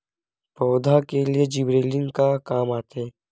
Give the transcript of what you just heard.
पौधा के लिए जिबरेलीन का काम आथे?